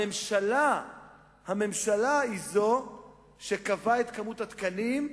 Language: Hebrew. הממשלה היא זו שקבעה את מספר התקנים,